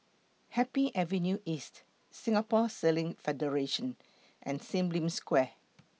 Happy Avenue East Singapore Sailing Federation and SIM Lim Square